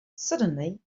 suddenly